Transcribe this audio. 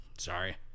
Sorry